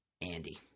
Andy